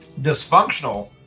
Dysfunctional